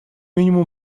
минимум